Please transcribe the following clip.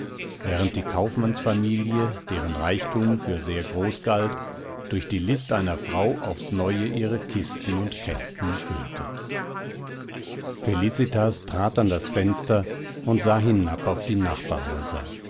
während die kaufmannsfamilie deren reichtum für sehr groß galt durch die list einer frau aufs neue ihre kisten und kästen füllte felicitas trat an das fenster und sah hinab auf die